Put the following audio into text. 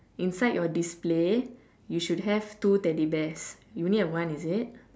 inside your display you should have two teddy bears you only have one is it